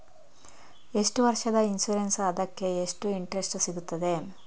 ಎಷ್ಟು ವರ್ಷದ ಇನ್ಸೂರೆನ್ಸ್ ಅದಕ್ಕೆ ಎಷ್ಟು ಇಂಟ್ರೆಸ್ಟ್ ಸಿಗುತ್ತದೆ?